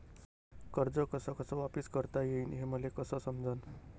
कर्ज कस कस वापिस करता येईन, हे मले कस समजनं?